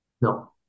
No